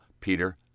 Peter